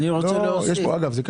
זה קשור.